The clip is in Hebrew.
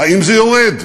האם זה יורד?